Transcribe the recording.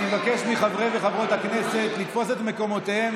אני מבקש מחברי וחברות הכנסת לתפוס את מקומותיהם,